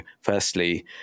firstly